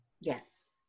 Yes